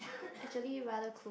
actually rather cool